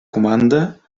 comanda